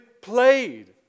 played